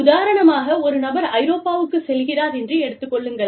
உதாரணமாக ஒரு நபர் ஐரோப்பாவுக்குச் செல்கிறார் என்று எடுத்துக் கொள்ளுங்கள்